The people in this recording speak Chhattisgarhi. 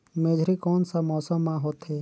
मेझरी कोन सा मौसम मां होथे?